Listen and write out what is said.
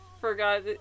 forgot